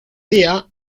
día